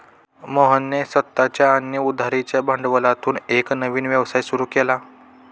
मोहनने स्वतःच्या आणि उधारीच्या भांडवलातून एक नवीन व्यवसाय सुरू केला